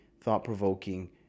thought-provoking